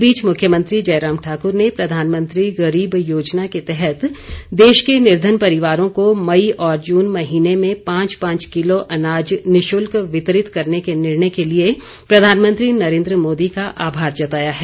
इस बीच मुख्यमंत्री जयराम ठाकुर ने प्रधानमंत्री गरीब योजना के तहत देश के निर्धन परिवारों को मई और जून महीने में पांच पांच किलो अनाज निशुल्क वितरित करने के निर्णय के लिए प्रधानमंत्री नरेन्द्र मोदी का आभार जताया है